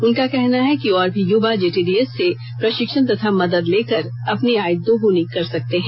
उनका कहना है कि और भी युवा जेटीडीएस से प्रशिक्षण तथा मदद लेकर अपनी आय दोगुनी कर सकते हैं